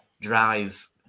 drive